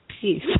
peace